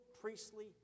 priestly